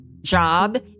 job